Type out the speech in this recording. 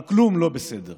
אבל כלום לא בסדר.